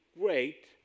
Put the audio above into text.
great